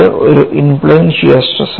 ഒരു in plane shear stress ആണ്